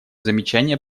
замечания